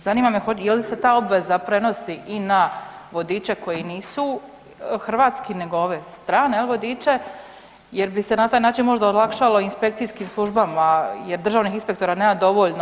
Zanima me je li se ta obveza prenosi i na vodiče koji nisu hrvatski nego ove strane vodiče jer bi se na taj način možda olakšalo inspekcijskim službama jer državnih inspektora nema dovoljno.